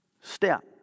step